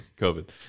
COVID